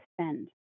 spend